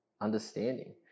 understanding